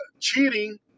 cheating